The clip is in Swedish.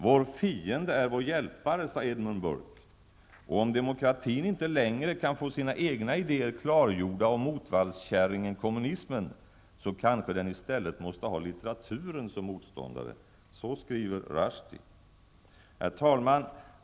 Vår fiende är vår hjälpare, sa Edmund Burke, och om demokratin inte längre kan få sina egna idéer klargjorda av motvallskärringen kommunismen, så kanske den i stället måste ha litteraturen som motståndare.'' Så skriver Rushdie. Herr talman!